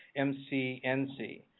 MCNC